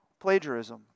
plagiarism